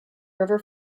river